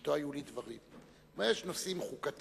שאתו היו לי דברים: יש נושאים חוקתיים